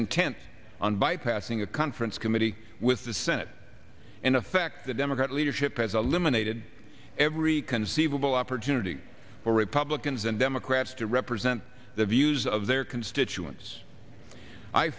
intent on bypassing a conference committee with the senate in effect the democrat leadership has a limited every conceivable opportunity for republicans and democrats to represent the views of their constituents i